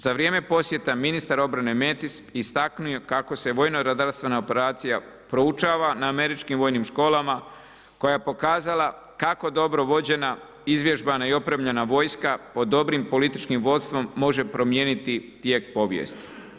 Za vrijeme posjeta ministar obrane Mattis istaknuo je kako se vojnoredarstvena operacija proučava na američkim vojnim školama koja je pokazala kako dobro vođena, izvježbana i opremljena vojska pod dobrim političkim vodstvom može promijeniti tijek povijesti.